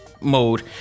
mode